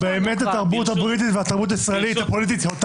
התרבות הבריטית והישראלית הפוליטית זהה.